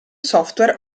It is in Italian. software